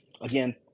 again